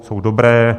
Jsou dobré.